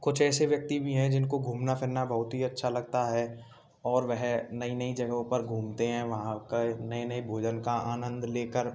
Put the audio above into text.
कुछ ऐसे व्यक्ति वी हैं जिनको घूमना फिरना बहुत ही अच्छा लगता है और वे नई नई जगहों पर घूमते हैं वहाँ के नए नए भोजन का आनंद लेकर